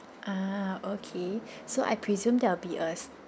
ah okay so I presume that will be a